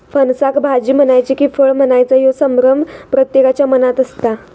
फणसाक भाजी म्हणायची कि फळ म्हणायचा ह्यो संभ्रम प्रत्येकाच्या मनात असता